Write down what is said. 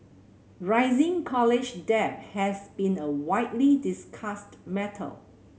rising college debt has been a widely discussed matter